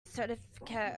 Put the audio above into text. certificate